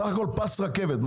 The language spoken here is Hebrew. סך הכול פס רכבת.